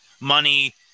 money